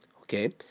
okay